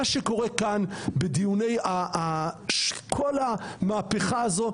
מה שקורה כאן בדיוני כל המהפכה הזו,